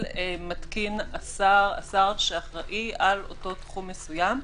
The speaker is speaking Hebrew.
מתקין השר שאחראי על אותו תחום מסוים.